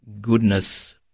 goodness